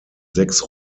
sechs